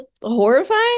horrifying